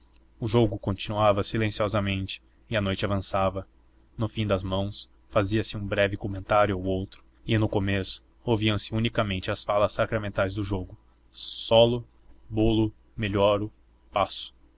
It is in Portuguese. o jogo continuava silenciosamente e a noite avançava no fim das mãos fazia-se um breve comentário ou outro e no começo ouviam-se unicamente as falas sacramentais do jogo solo bolo melhoro passo